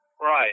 Right